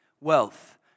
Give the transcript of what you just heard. Wealth